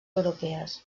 europees